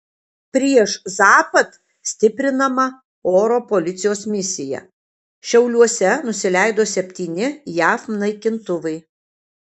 prieš zapad stiprinama oro policijos misija šiauliuose nusileido septyni jav naikintuvai